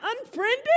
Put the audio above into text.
unfriended